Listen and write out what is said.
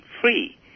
free